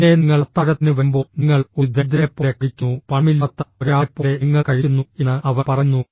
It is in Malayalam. പിന്നെ നിങ്ങൾ അത്താഴത്തിന് വരുമ്പോൾ നിങ്ങൾ ഒരു ദരിദ്രനെപ്പോലെ കഴിക്കുന്നു പണമില്ലാത്ത ഒരാളെപ്പോലെ നിങ്ങൾ കഴിക്കുന്നു എന്ന് അവർ പറയുന്നു